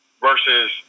versus